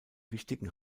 wichtigen